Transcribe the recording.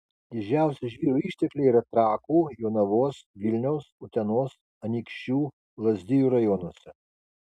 didžiausi žvyro ištekliai yra trakų jonavos vilniaus utenos anykščių lazdijų rajonuose